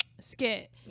skit